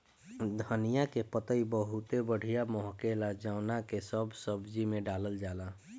धनिया के पतइ बहुते बढ़िया महके ला जवना के सब सब्जी में डालल जाला